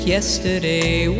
Yesterday